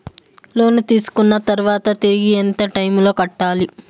లోను తీసుకున్న తర్వాత తిరిగి ఎంత టైములో కట్టాలి